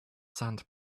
sand